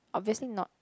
obviously not